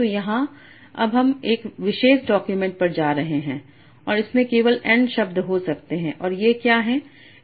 तो यहाँ अब हम 1 विशेष डॉक्यूमेंट पर जा रहे हैं और इसमें कैपिटल N शब्द हो सकते हैं और ये क्या हैं